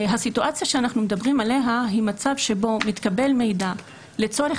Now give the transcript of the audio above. הסיטואציה שאנחנו מדברים עליה היא מצב שבו נתקבל מידע לצורך